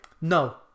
No